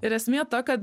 ir esmė ta kad